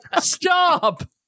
Stop